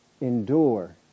endure